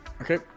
Okay